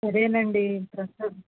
సరే అండి ప్రస్తుతానికి